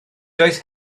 doedd